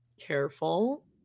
Careful